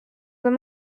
d’un